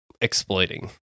exploiting